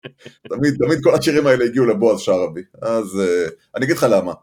תמיד, תמיד כל השירים האלה הגיעו לבועז שרעבי, אז אני אגיד לך למה.